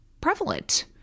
prevalent